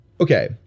Okay